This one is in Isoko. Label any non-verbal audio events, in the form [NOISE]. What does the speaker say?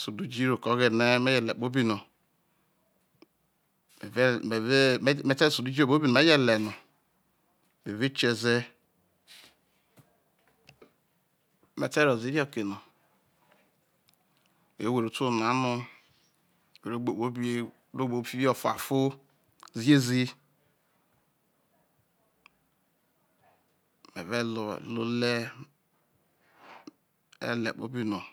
Suile ujiroke oghenemajele kpobinome̠ ve̠me̠ ve̠ meje suo̠lo ujiro kpobinome̠je̠ le̠ no, me̠ve̠ kie̠ze̠ me̠te rowo ze irioke no me re nwere oto uwor nano nwere ogbe kpobi roogbe kpobi fibo fuafo, ziezi [HESITATION] me ve̠ le̠ ole̠ me̠je̠ le̠ kpobi nome